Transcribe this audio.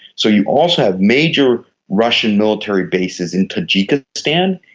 so you also have major russian military bases in tajikistan.